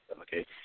okay